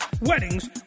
weddings